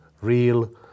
real